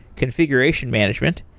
configuration management,